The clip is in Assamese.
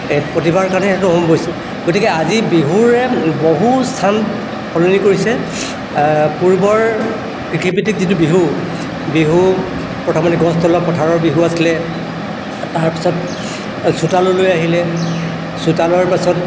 এই প্ৰতিভাৰ কাৰণে সেইটো হ'ল অৱশ্যে গতিকে আজি বিহুৰে বহু স্থান সলনি কৰিছে পূৰ্বৰ যিটো বিহু বিহু প্ৰথমতে গছ তলৰ পথাৰৰ বিহু আছিলে তাৰপিছত চোতাললৈ আহিলে চোতালৰ পাছত